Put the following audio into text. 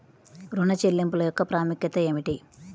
ఋణ చెల్లింపుల యొక్క ప్రాముఖ్యత ఏమిటీ?